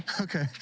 okay